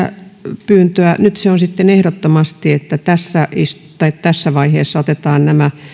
lisäpyyntöä nyt se on sitten ehdottomasti niin että tässä vaiheessa otetaan nämä